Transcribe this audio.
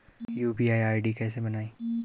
UPI ID कैसे बनायें?